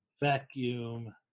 Vacuum